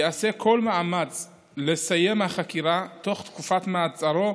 ייעשה כל מאמץ לסיים החקירה בתוך תקופת מעצרו,